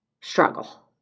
struggle